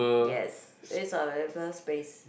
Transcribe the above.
yes use our available space